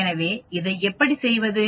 எனவே இதை எப்படி செய்வது